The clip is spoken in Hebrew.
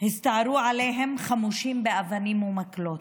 הסתערו עליהם, חמושים באבנים ובמקלות.